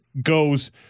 goes